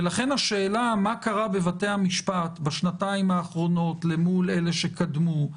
ולכן השאלה מה קרה בבתי המשפט בשנתיים האחרונות אל מול השנים שקדמו להן,